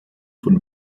von